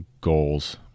goals